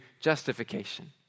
justification